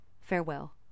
Farewell